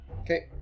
Okay